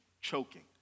choking